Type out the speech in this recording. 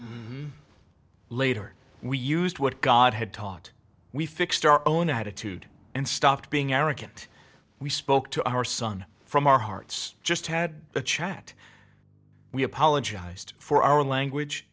react later we used what god had taught we fixed our own attitude and stopped being arrogant we spoke to our son from our hearts just had a chat we apologized for our language